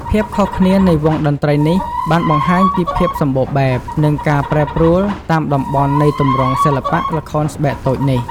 ភាពខុសគ្នានៃវង់តន្ត្រីនេះបានបង្ហាញពីភាពសម្បូរបែប និងការប្រែប្រួលតាមតំបន់នៃទម្រង់សិល្បៈល្ខោនស្បែកតូចនេះ។